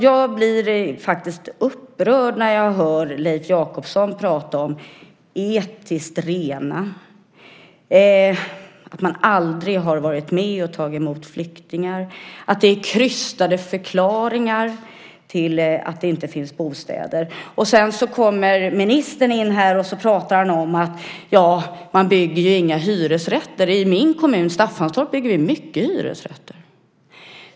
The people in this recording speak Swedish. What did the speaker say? Jag blir faktiskt upprörd när jag hör Leif Jakobsson tala om att etniskt rena, att man aldrig har varit med och tagit emot flyktingar och att det är krystade förklaringar till att det inte finns bostäder. Sedan kommer ministern in här och talar om att man inte bygger några hyresrätter. I min kommun Staffanstorp byggs det mycket hyresrätter.